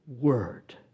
word